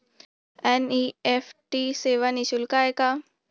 NEFT सेवा निःशुल्क आहे का?